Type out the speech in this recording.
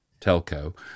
telco